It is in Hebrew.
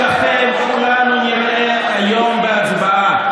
את הערכים שלכם כולנו נראה היום בהצבעה.